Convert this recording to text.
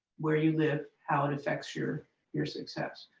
where you live how it affects your your success.